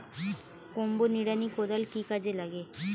Combo নিড়ানি কোদাল কি কাজে লাগে?